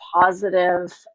positive